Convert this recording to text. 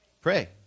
Pray